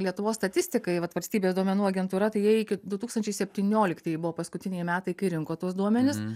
lietuvos statistikai vat valstybės duomenų agentūra tai jie iki du tūkstančiai septynioliktieji buvo paskutiniai metai kai rinko tuos duomenis